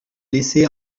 laissées